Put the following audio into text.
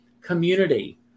community